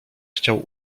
chciał